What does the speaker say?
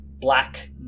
black